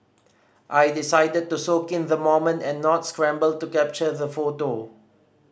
I decided to soak in the moment and not scramble to capture the photo